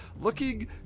looking